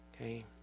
Okay